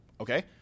okay